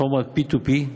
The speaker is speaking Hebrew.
פלטפורמות ה־P2P.